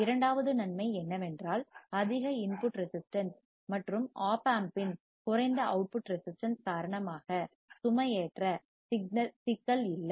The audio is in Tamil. இரண்டாவது நன்மை என்னவென்றால் அதிக இன்புட் ரெசிஸ்டன்ஸ் மற்றும் ஒப் ஆம்பின் குறைந்த அவுட்புட் ரெசிஸ்டன்ஸ் காரணமாக சுமையேற்ற சிக்கல் இல்லை